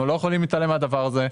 אנחנו לא יכולים להתעלם מהדבר הזה.